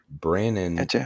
Brandon